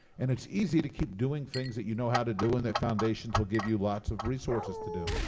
and it's easy to keep doing things that you know how to do and the foundations will give you lots of resources to do.